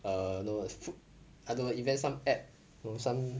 err know I don't know invent some app you know some